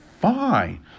fine